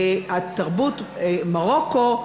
תרבות מרוקו,